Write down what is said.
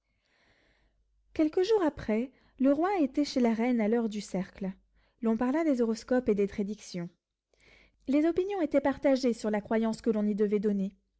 quelques jours après le roi était chez la reine à l'heure du cercle l'on parla des horoscopes et des prédictions les opinions étaient partagées sur la croyance que l'on y devait donner